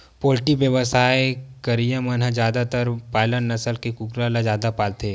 poultry बेवसाय करइया मन ह जादातर बायलर नसल के कुकरा ल जादा पालथे